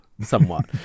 somewhat